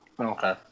Okay